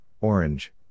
Orange